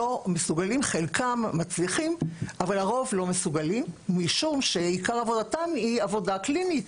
חלקם מצליחים אבל הרוב לא מסוגלים משום שעיקר עבודתם היא עבודה קלינית,